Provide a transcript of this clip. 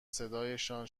صدایشان